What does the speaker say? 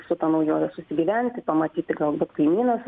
su ta naujove susigyventi pamatyti galbūt kaimynas